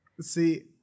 See